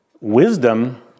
wisdom